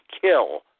kill